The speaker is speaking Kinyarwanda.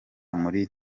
muri